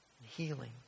healing